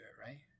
right